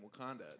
Wakanda